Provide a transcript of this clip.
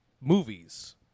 movies